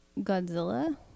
godzilla